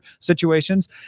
situations